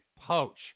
poach